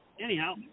anyhow